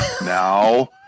Now